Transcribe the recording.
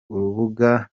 urubuga